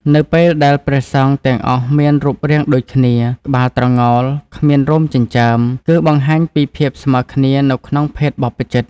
នៅពេលដែលព្រះសង្ឃទាំងអស់មានរូបរាងដូចគ្នា (ក្បាលត្រងោល គ្មានរោមចិញ្ចើម) គឺបង្ហាញពីភាពស្មើគ្នានៅក្នុងភេទបព្វជិត។